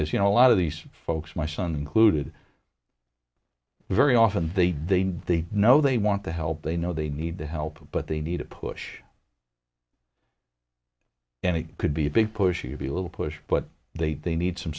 is you know a lot of these folks my son included very often they they know they know they want to help they know they need the help but they need a push and it could be a big push to be a little push but they they need some